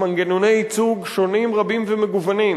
עם מנגנוני ייצוג שונים, רבים ומגוונים,